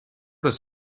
does